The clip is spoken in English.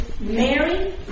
Mary